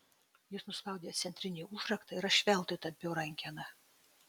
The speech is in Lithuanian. jis nuspaudė centrinį užraktą ir aš veltui tampiau rankeną